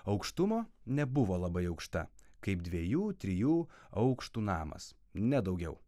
aukštumo nebuvo labai aukšta kaip dviejų trijų aukštų namas ne daugiau